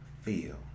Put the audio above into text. feel